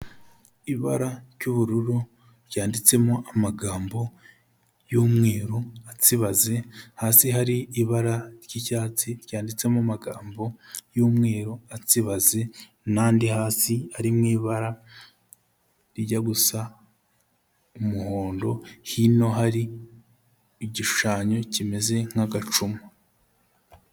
Ibara ry'ubururu ryanditsemo amagambo y'umweru atsibaze, hasi hari ibara ry'icyatsi ryanditsemo amagambo y'umweru atsibaze n'andi hasi ari mu ibara rijya gusa umuhondo, hino hari igishushanyo kimeze nk'agacuma.